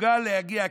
מסוגל להגיע,